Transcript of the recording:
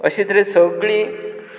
अशे तरेन सगलीं